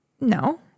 No